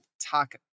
talk